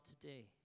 today